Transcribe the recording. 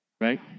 right